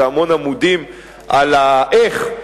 והמון עמודים על ה"איך",